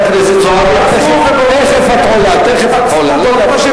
חברת הכנסת זועבי, תיכף את עולה, תיכף את עולה.